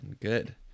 good